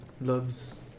loves